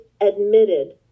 admitted